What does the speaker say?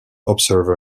observer